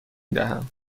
دهم